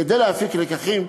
כדי להפיק לקחים,